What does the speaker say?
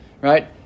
right